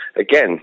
again